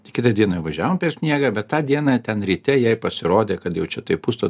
tai kitą dieną jau važiavom per sniegą bet tą dieną ten ryte jai pasirodė kad jau čia taip pusto